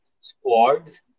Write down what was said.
Squads